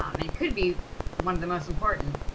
um it could be one of the most important,